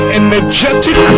energetic